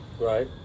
Right